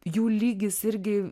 jų lygis irgi